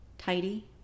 Tidy